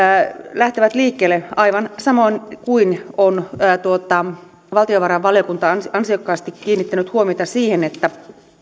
lähtevät liikkeelle aivan samoin on valtiovarainvaliokunta ansiokkaasti kiinnittänyt huomiota siihen että